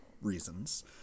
reasons